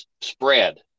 spread